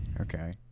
Okay